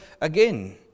again